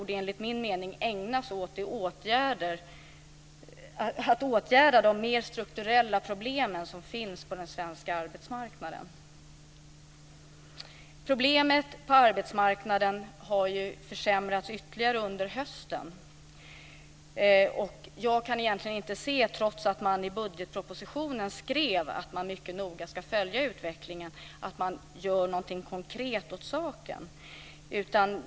Enligt min mening borde mer kraft ägnas åt att åtgärda de mer strukturella problemen som finns på den svenska arbetsmarknaden. Problemet på arbetsmarknaden har förvärrats ytterligare under hösten. Trots att man i budgetpropositionen skrev att man mycket noga ska följa utvecklingen kan jag egentligen inte se att man gör någonting konkret åt saken.